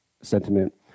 sentiment